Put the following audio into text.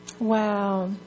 Wow